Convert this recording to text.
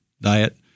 diet